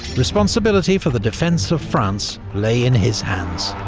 responsibility for the defence of france lay in his hands.